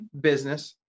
business